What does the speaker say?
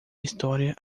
história